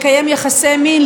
לקיים יחסי מין,